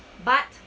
but